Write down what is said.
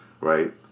right